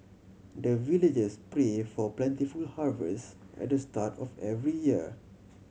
the villagers pray for plentiful harvest at the start of every year